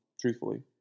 truthfully